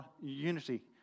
unity